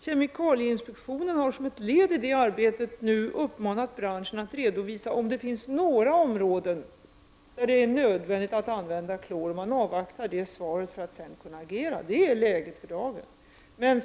Kemikalieinspektionen har som ett led i det arbetet uppmanat branschen att redovisa om det finns några områden där det är nödvändigt att använda klor. Man avvaktar svaret för att sedan kunna agera. Det är läget för dagen.